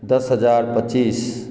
दश हजार पचीस